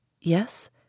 Yes